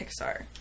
Pixar